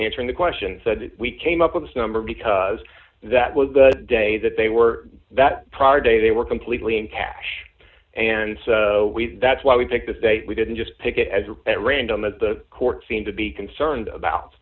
answering the question we came up with this number because that was the day that they were that day they were completely in cash and that's why we picked this date we didn't just pick it as at random that the court seemed to be concerned about